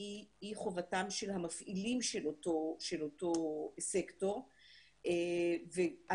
היא חובתם של המפעילים של אותו סקטור והציבור,